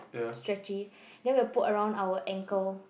stretchy then will put around our ankle